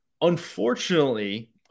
Unfortunately